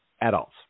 adults